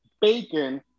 bacon